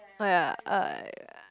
oh ya uh ya